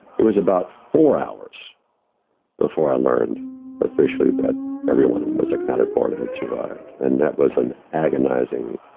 it was about four hours before i learned officially that everyone and was accounted for and it survived. and that was an agonizing